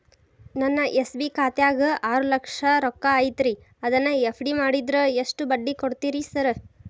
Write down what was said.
ನನ್ನ ಎಸ್.ಬಿ ಖಾತ್ಯಾಗ ಆರು ಲಕ್ಷ ರೊಕ್ಕ ಐತ್ರಿ ಅದನ್ನ ಎಫ್.ಡಿ ಮಾಡಿದ್ರ ಎಷ್ಟ ಬಡ್ಡಿ ಕೊಡ್ತೇರಿ ಸರ್?